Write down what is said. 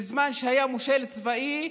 בזמן שהיה מושל צבאי,